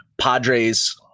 Padres